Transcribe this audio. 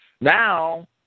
Now